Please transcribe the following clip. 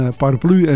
paraplu